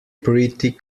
pretty